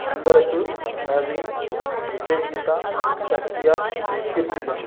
Anbarasu Praveen Vijaygeetha Sathya Keerthika